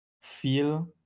feel